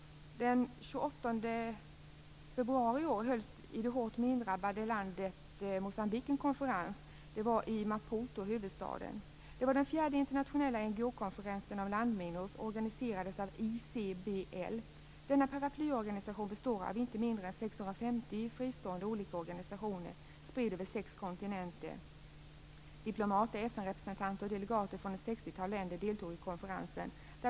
Den 28 februari i år hölls i det hårt mindrabbade landet Moçambique, i huvudstaden Maputo, en konferens. Det var den fjärde internationella NGO Denna paraplyorganisation består av inte mindre än 650 fristående organisationer spridd över sex kontinenter. Diplomater, FN-representanter och delegater från ett sextiotal länder deltog i konferensen.